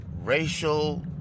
racial